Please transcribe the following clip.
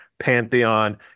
pantheon